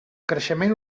creixement